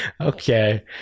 Okay